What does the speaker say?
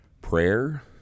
prayer